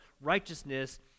righteousness